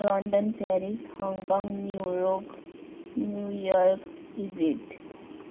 London Paris Hong Kong New York New York Egypt